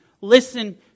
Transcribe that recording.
Listen